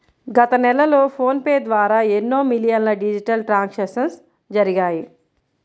గత నెలలో ఫోన్ పే ద్వారా ఎన్నో మిలియన్ల డిజిటల్ ట్రాన్సాక్షన్స్ జరిగాయి